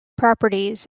properties